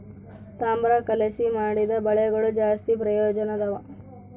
ತಾಮ್ರ ಕಲಿಸಿ ಮಾಡಿದ ಬಲೆಗಳು ಜಾಸ್ತಿ ಪ್ರಯೋಜನದವ